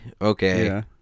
okay